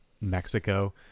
mexico